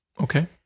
Okay